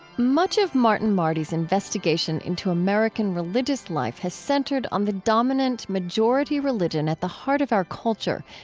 much of martin marty's investigation into american religious life has centered on the dominant majority religion at the heart of our culture,